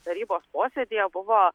tarybos posėdyje buvo